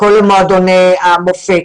כל מועדוני המופת,